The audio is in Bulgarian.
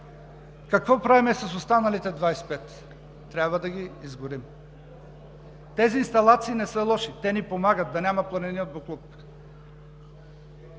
Какво правим с останалите 25? Трябва да ги изгорим. Тези инсталации не са лоши, те ни помагат да няма планини от боклук.